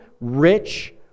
rich